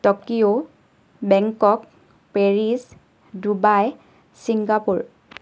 Tokyo Bangkok Paris Dubai Singapore